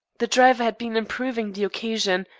the driver had been improving the occasion,